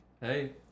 Hey